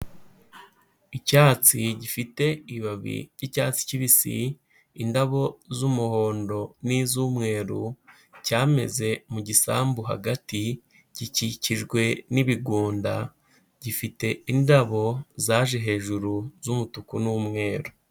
Icyatsi gifite ibibabi by'icyatsi kibisi, indabo z'umuhondo n'iz'umweru, cyameze mu gisambu hagati, gikikijwe n'ibigunda, gifite indabo zaje hejuru z'umutuku n'umweru.